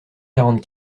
quarante